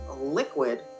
liquid